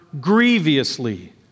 grievously